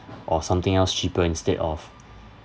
or something else cheaper instead of